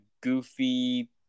goofy